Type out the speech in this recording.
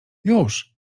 już